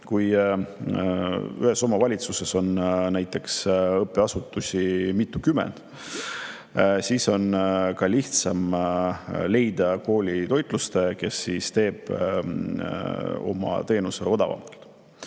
Kui ühes omavalitsuses on õppeasutusi mitukümmend, siis on ka lihtsam leida koolitoitlustaja, kes teeb oma teenuse odavamalt.